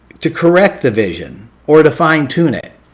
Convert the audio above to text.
to correct the vision or to fine tune it.